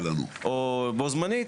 או בו-זמנית,